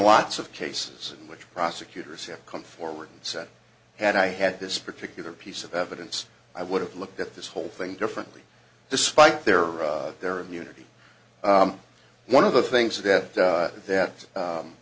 watts of cases in which prosecutors have come forward and said and i had this particular piece of evidence i would have looked at this whole thing differently despite their their immunity one of the things that that